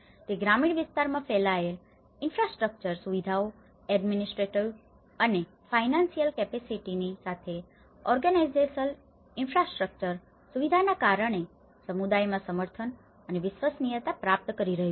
તે ગ્રામીણ વિસ્તારોમાં ફેલાયેલ ઇનફ્રાસ્ટ્રક્ચર infrastructure માળખાકીય બાંધકામ સુવિધાઓ એડ્મિનિસ્ટ્રેટિવ administrative વહીવટી અને ફાઇનાન્સિયલ કેપેસિટીની financial capacity આર્થિક ક્ષમતા સાથે ઓર્ગનેજેશનલ ઇનફ્રાસ્ટ્રક્ચર organizational infrastructure સંસ્થાકીય માળખાગત સુવિધાઓના કારણે સમુદાયમાં સમર્થન અને વિશ્વસનીયતા પ્રાપ્ત કરી રહ્યું છે